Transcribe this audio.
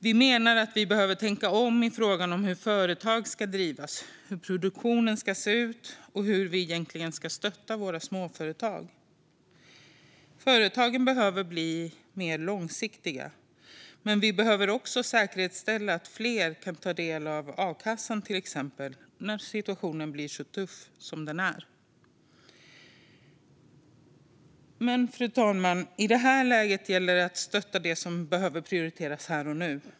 Vi menar att vi behöver tänka om i frågan om hur företag ska drivas, hur produktionen ska se ut och hur vi egentligen ska stötta våra småföretag. Företagen behöver bli mer långsiktiga, men vi behöver också säkerställa att fler kan ta del av till exempel a-kassa när situationen blir så tuff som den är i dag. I det här läget, fru talman, gäller det att stötta det som behöver prioriteras här och nu.